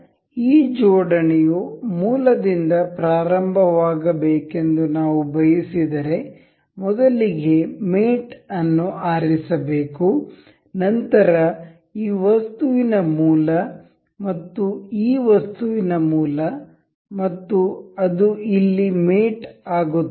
ಆದ್ದರಿಂದ ಈ ಜೋಡಣೆಯು ಮೂಲದಿಂದ ಪ್ರಾರಂಭವಾಗಬೇಕೆಂದು ನಾವು ಬಯಸಿದರೆ ಮೊದಲಿಗೆ ಮೇಟ್ ಅನ್ನು ಆರಿಸಬೇಕು ನಂತರ ಈ ವಸ್ತುವಿನ ಮೂಲ ಮತ್ತು ಈ ವಸ್ತುವಿನ ಮೂಲ ಮತ್ತು ಅದು ಇಲ್ಲಿ ಮೇಟ್ ಆಗುತ್ತದೆ